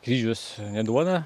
kryžius neduoda